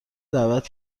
دعوت